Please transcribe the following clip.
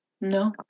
No